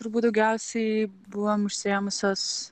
turbūt daugiausiai buvom užsiėmusios